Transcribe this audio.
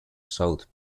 south